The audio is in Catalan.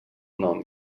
nom